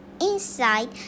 inside